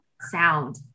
sound